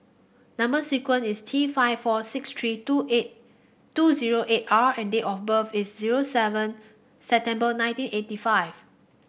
number sequence is T five four six three two eight two zero eight R and date of birth is zero seven September nineteen eighty five